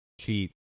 cheat